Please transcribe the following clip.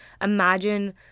imagine